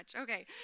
Okay